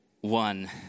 one